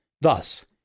Thus